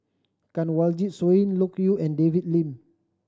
Kanwaljit Soin Loke Yew and David Lim